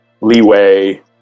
leeway